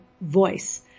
voice